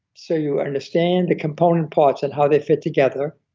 so you understand the component parts, and how they fit together,